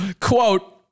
Quote